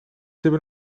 hebben